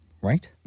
Right